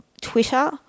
Twitter